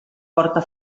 porta